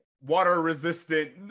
water-resistant